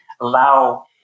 allow